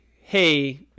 hey